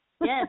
Yes